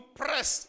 press